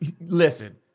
listen